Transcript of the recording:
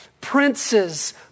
princes